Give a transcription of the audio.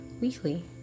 weekly